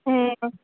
ம்